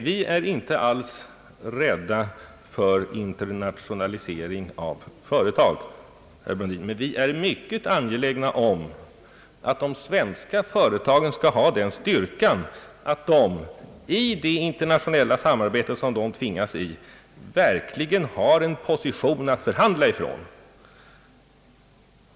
Vi är inte alls rädda för internationalisering av företag, herr Brundin, men vi är mycket angelägna om att de svenska företagen skall ha den styrkan att de i det internationella samarbete, som de tvingas in i, verkligen har en position att förhandla ifrån.